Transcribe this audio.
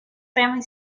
family